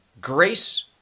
grace